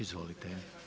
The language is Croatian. Izvolite.